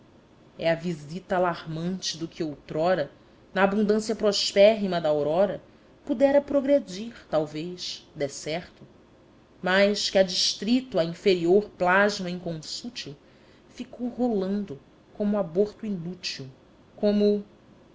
é a visita alarmante do que outrora na abundância prospérrima da aurora pudera progredir talvez decerto mas que adstrito a inferior plasma inconsútil ficou rolando como aborto inútil como